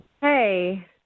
Hey